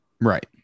Right